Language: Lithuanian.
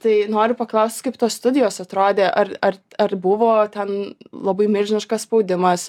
tai noriu paklaust kaip tos studijos atrodė ar ar ar buvo ten labai milžiniškas spaudimas